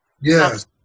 Yes